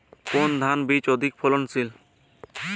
কোন ধান বীজ অধিক ফলনশীল?